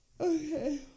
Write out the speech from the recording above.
okay